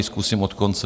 Zkusím od konce.